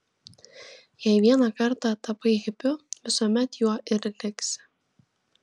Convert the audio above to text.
jei vieną kartą tapai hipiu visuomet juo ir liksi